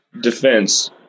defense